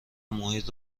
محیط